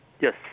Yes